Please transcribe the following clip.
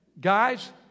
Guys